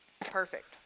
Perfect